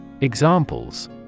Examples